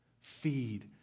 feed